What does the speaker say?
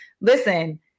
listen